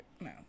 No